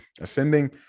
ascending